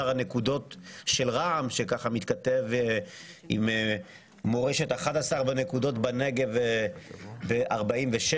הנקודות של רע"מ שמתכתב עם מורשת 11 הנקודות בנגב ב-46,